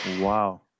Wow